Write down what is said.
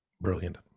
brilliant